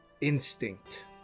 instinct